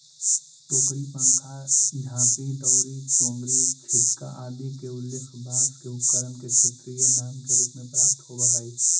टोकरी, पंखा, झांपी, दौरी, चोंगरी, छितका आदि के उल्लेख बाँँस के उपकरण के क्षेत्रीय नाम के रूप में प्राप्त होवऽ हइ